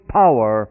power